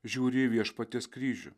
žiūri į viešpaties kryžių